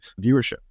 viewership